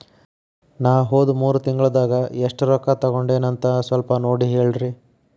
ನಾ ಹೋದ ಮೂರು ತಿಂಗಳದಾಗ ಎಷ್ಟು ರೊಕ್ಕಾ ತಕ್ಕೊಂಡೇನಿ ಅಂತ ಸಲ್ಪ ನೋಡ ಹೇಳ್ರಿ